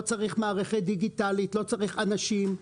לא צריך מערכת דיגיטלית, לא צריך אנשים.